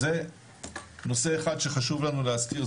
אז זה נושא אחד שחשוב לנו להזכיר,